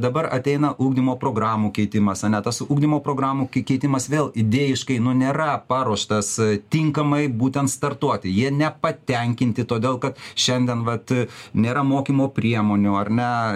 dabar ateina ugdymo programų keitimas ar ne tas ugdymo programų keitimas vėl idėjiškai nu nėra paruoštas tinkamai būtent startuoti jie nepatenkinti todėl kad šiandien vat nėra mokymo priemonių ar ne